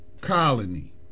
colony